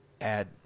add